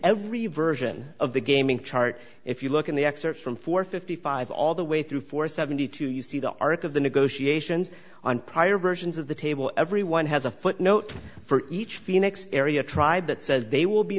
every version of the gaming chart if you look at the excerpts from four fifty five all the way through for seventy two you see the arc of the negotiations on prior versions of the table everyone has a footnote for each phoenix area tribe that says they will be